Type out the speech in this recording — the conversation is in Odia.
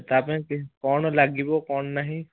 ତା ପାଇଁ କ'ଣ ଲାଗିବ କ'ଣ ନାହିଁ